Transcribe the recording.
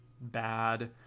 bad